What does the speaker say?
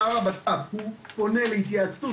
השר לביטחון פנים הוא פונה להתייעצות